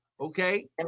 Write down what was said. okay